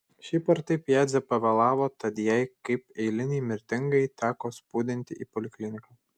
šiaip ar taip jadzė pavėlavo tad jai kaip eilinei mirtingajai teko spūdinti į polikliniką